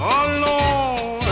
alone